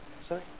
Sorry